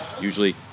usually